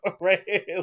right